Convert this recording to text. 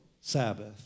Sabbath